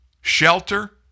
Shelter